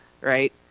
right